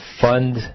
fund